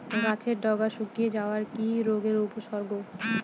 গাছের ডগা শুকিয়ে যাওয়া কি রোগের উপসর্গ?